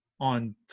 on